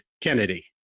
Kennedy